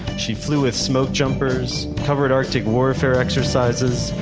she flew with smokejumpers, covered arctic warfare exercises,